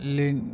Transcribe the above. লে